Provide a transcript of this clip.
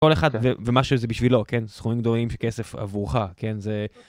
כל אחד ומה שזה בשבילו כן סכומים גדולים של כסף עבורך כן זה.